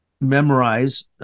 memorize